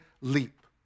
leap